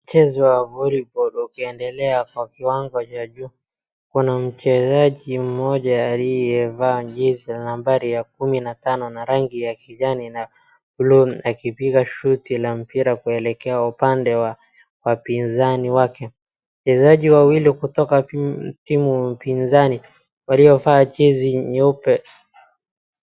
Mchezo wa volley ball ukiendelea kwa kiwango cha juu kuna mchezaji mmoja aliyevaa jezi nambari ya kumi na tano na rangi ya kijani na blue akipiga shot la mpira kuelekea upande wa wapinzani wake, wachezaji wawili kutoka timu pinzani waliovaa jezi nyeupe.